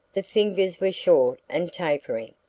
the fingers were short and tapering,